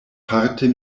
parte